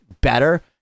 better